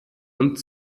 und